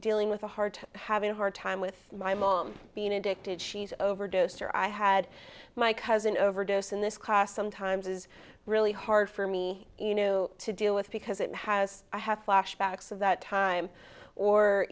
dealing with a hard having a hard time with my mom being addicted she's overdosed or i had my cousin overdose in this class sometimes is really hard for me to deal with because it has i have flashbacks of that time or